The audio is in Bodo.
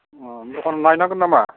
अ दखानआव नायहैनांगोन नामा